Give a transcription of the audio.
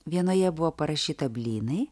vienoje buvo parašyta blynai